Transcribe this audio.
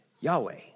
Yahweh